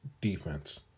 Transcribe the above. defense